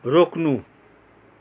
रोक्नु